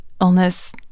illness